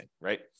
right